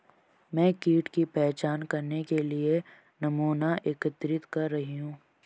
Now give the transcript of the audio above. मैं कीट की पहचान करने के लिए नमूना एकत्रित कर रही हूँ